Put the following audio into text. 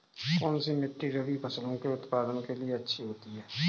कौनसी मिट्टी रबी फसलों के उत्पादन के लिए अच्छी होती है?